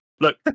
Look